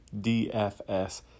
DFS